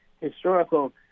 historical